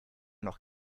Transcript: noch